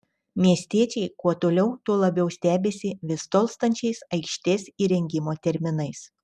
miestiečiai kuo toliau tuo labiau stebisi vis tolstančiais aikštės įrengimo terminais